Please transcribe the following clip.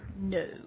No